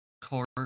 court